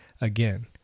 again